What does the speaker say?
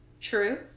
True